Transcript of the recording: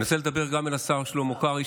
אני רוצה לדבר גם אל השר שלמה קרעי,